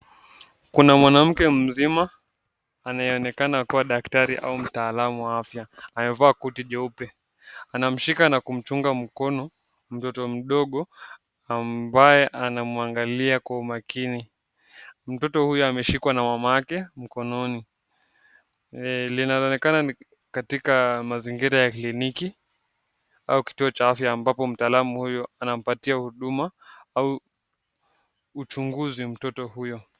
Kuna mwanamke mzima anaonekana kuwa daktari au mtaaluma wa afya amevaa koti jeupe anamshika na kumchunga mkono mtoto mdogo ambaye anamwangalia kwa makini mtoto huyo ameshikwa na mamaake mkononi linaonekana ni katika mazingira ya kliniki au kituo cha afaya ambayo mtaalamu huyo anamptia huduma au uchunguzi mtoto huyo.